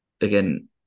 again